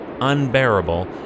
unbearable